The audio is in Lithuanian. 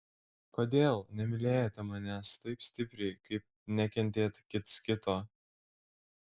kodėl nemylėjote manęs taip stipriai kaip nekentėt kits kito